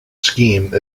scheme